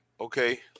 okay